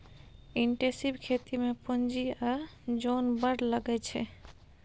intensive खेती मे पुंजी आ जोन बड़ लगै छै